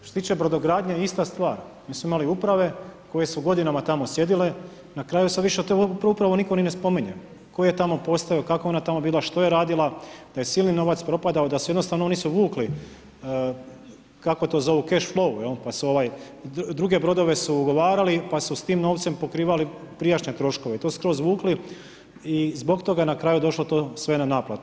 Što se tiče brodogradnje ista stvar, mi smo imali uprave koje su godinama tamo sjedile, na kraju sad više te uprave nitko ni ne spominje, ko ih je tamo postavio, kako je ona tamo bila, šta je radila, da je silni novac propadao, da su jednostavno oni su vukli kako to zovu keš lovu, pa su ovaj druge brodove su ugovarali, pa su s tim novcem pokrivali prijašnje troškove i to skroz vukli i zbog toga je na kraju došlo to sve na naplatu.